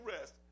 rest